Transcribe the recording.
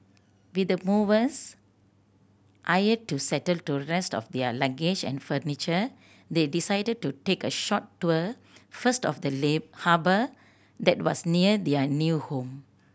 with the movers hired to settle the rest of their luggage and furniture they decided to take a short tour first of the lay harbour that was near their new home